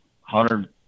hundred